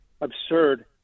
absurd